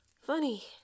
Funny